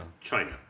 China